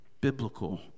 biblical